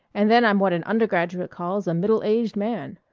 and then i'm what an undergraduate calls a middle-aged man.